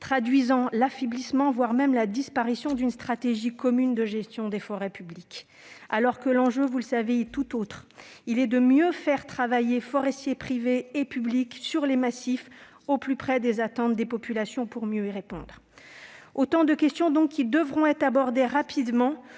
traduisant l'affaiblissement, voire la disparition, d'une stratégie commune de gestion des forêts publiques. L'enjeu, vous le savez, est de taille : il est de mieux faire travailler forestiers publics et privés sur les massifs, au plus près des attentes des populations, pour mieux y répondre. Ce sont là autant de questions qui devront être abordées rapidement